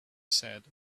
said